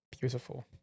beautiful